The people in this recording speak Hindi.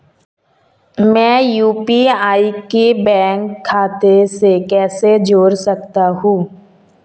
मैं यू.पी.आई को बैंक खाते से कैसे जोड़ सकता हूँ?